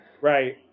Right